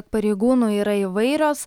pareigūnų yra įvairios